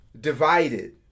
divided